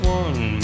one